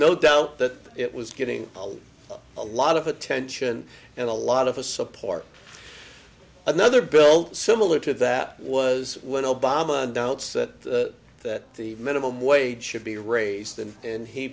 no doubt that it was getting a lot of attention and a lot of his support another bill similar to that was when obama doubts that that the minimum wage should be raised and and he